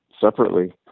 separately